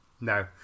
No